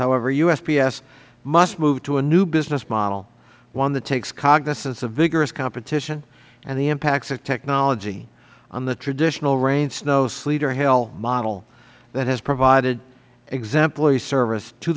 however usps must move to a new business model one that takes cognizance of vigorous competition and the impacts of technology on the traditional rain snow sleet or hail model that has provided exemplary service to